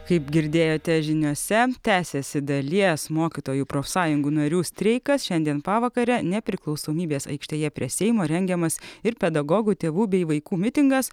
kaip girdėjote žiniose tęsiasi dalies mokytojų profsąjungų narių streikas šiandien pavakare nepriklausomybės aikštėje prie seimo rengiamas ir pedagogų tėvų bei vaikų mitingas